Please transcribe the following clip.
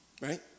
right